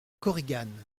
korigane